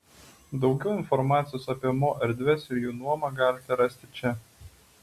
daugiau informacijos apie mo erdves ir jų nuomą galite rasti čia